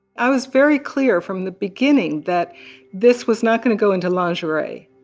i was very clear from the beginning that this was not going to go into lingerie.